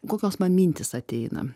kokios man mintys ateina